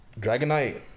dragonite